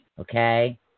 Okay